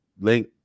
link